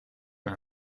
aan